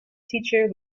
teacher